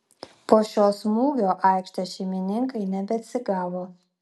po šio smūgio aikštės šeimininkai nebeatsigavo